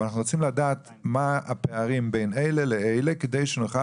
אבל אנחנו רוצים מה הפערים בין אלה לאלה כדי שנוכל